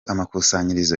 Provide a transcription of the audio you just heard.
amakusanyirizo